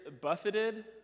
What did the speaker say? buffeted